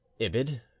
Ibid